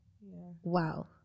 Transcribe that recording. Wow